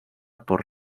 por